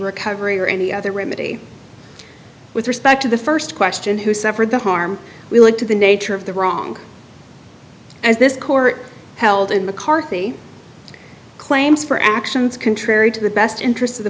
recovery or any other remedy with respect to the first question who suffered the harm we went to the nature of the wrong as this court held in mccarthy claims for actions contrary to the best interests of the